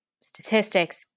statistics